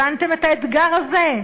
הבנתם את האתגר הזה?